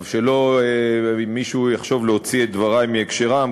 שלא יחשוב מישהו להוציא את דברי מהקשרם,